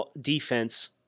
defense